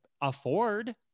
afford